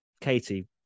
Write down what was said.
Katie